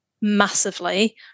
massively